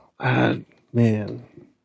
Man